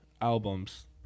albums